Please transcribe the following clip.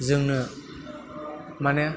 जोंनो माने